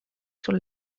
sur